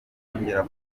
mwanya